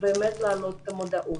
באמת להעלות את המודעות.